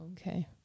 Okay